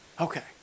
Okay